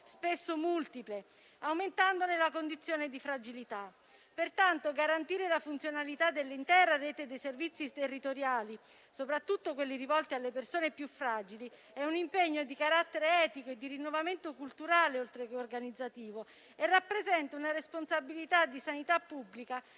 spesso multiple, aumentandone la condizione di fragilità. Pertanto, garantire la funzionalità dell'intera rete dei servizi territoriali, soprattutto di quelli rivolti alle persone più fragili, è un impegno di carattere etico e di rinnovamento culturale, oltre che organizzativo, e rappresenta una responsabilità di sanità pubblica